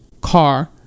car